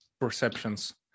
perceptions